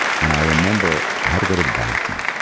and i remember i had to go to the bathroom,